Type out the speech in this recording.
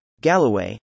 Galloway